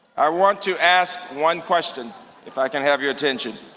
i want to ask one question if i can have your attention.